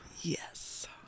yes